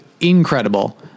incredible